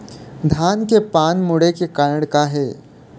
धान के पान मुड़े के कारण का हे?